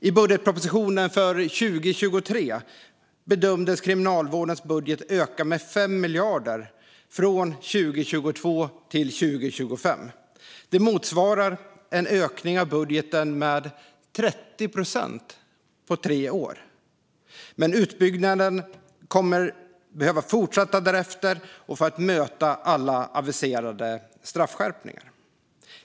I budgetpropositionen för 2023 bedömdes Kriminalvårdens budget öka med 5 miljarder från 2022 till 2025. Det motsvarar en ökning av budgeten med 30 procent på tre år. Men utbyggnaden kommer att behöva fortsätta därefter för att möta alla aviserade straffskärpningar.